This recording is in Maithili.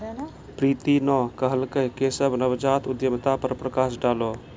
प्रीति न कहलकै केशव नवजात उद्यमिता पर प्रकाश डालौ